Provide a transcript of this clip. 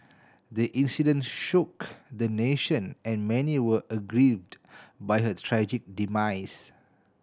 the incident shook the nation and many were aggrieved by her tragic demise